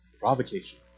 provocation